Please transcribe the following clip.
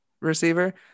receiver